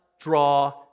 draw